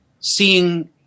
Seeing